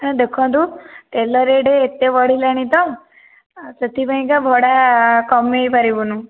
ଦେଖନ୍ତୁ ତେଲ ରେଟ୍ ଏତେ ବଢ଼ିଲାଣି ତ ସେଥିପାଇଁ କା ଭଡ଼ା କମେଇ ପାରିବୁନୁ